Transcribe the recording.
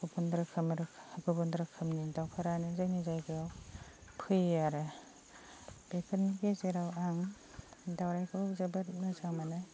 गुबुन रोखोम गुबुन रोखोमनि दाउफोरानो जोंनि जायगायाव फैयो आरो बेफोरनि गेजेराव आं दाउराइखौ जोबोद मोजां मोनो